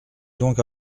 donc